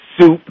soup